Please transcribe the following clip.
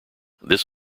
this